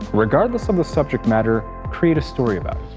regardless of the subject matter, create a story about